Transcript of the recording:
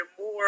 more